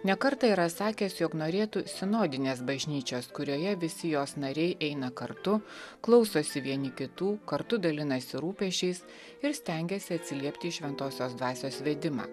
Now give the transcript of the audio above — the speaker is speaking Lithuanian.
ne kartą yra sakęs jog norėtų sinodinės bažnyčios kurioje visi jos nariai eina kartu klausosi vieni kitų kartu dalinasi rūpesčiais ir stengiasi atsiliepti į šventosios dvasios vedimą